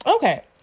Okay